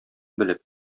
белеп